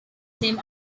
same